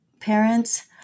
parents